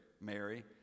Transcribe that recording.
Mary